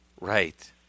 Right